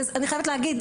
ואני חייבת להגיד,